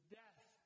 death